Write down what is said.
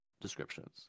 descriptions